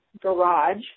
garage